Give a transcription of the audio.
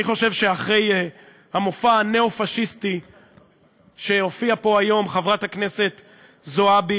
אני חושב שהמופע הניאו-פאשיסטי שהציגה פה היום חברת הכנסת זועבי,